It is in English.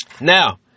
Now